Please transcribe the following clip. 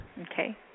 Okay